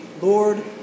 Lord